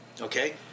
okay